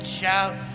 shout